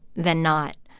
than not.